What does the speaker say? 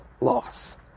loss